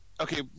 Okay